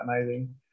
amazing